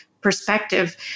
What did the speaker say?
perspective